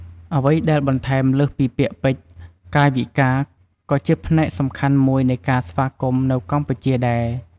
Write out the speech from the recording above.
អ្វីដែលបន្ថែមលើសពីពាក្យពេចន៍ កាយវិការក៏ជាផ្នែកសំខាន់មួយនៃការស្វាគមន៍នៅកម្ពុជាដែរ។